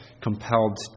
compelled